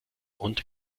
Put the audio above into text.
und